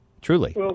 Truly